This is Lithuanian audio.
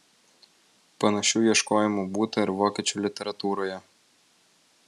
panašių ieškojimų būta ir vokiečių literatūroje